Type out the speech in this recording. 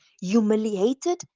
humiliated